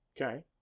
Okay